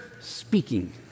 speaking